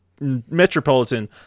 metropolitan